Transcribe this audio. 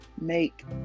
make